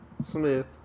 Smith